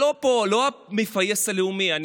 אני לא המפייס הלאומי פה,